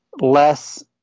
less